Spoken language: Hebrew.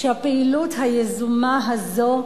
שהפעילות היזומה הזו,